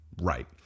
right